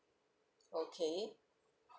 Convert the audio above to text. okay